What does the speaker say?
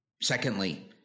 Secondly